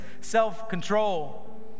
self-control